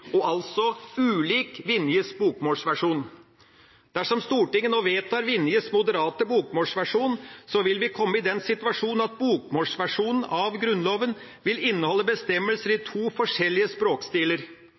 og altså ulik Vinjes bokmålsversjon. Dersom Stortinget nå vedtar Vinjes moderate bokmålsversjon, vil vi komme i den situasjonen at bokmålsversjonen av Grunnloven vil inneholde bestemmelser i